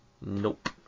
Nope